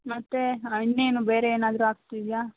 ಮತ್ತೆ ಹಾಂ ಇನ್ನೇನು ಬೇರೆ ಏನಾದ್ರೂ ಆಗ್ತಿದೆಯಾ